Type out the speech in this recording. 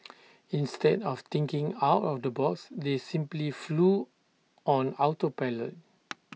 instead of thinking out of the box they simply flew on auto pilot